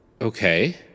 Okay